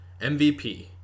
MVP